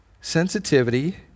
Sensitivity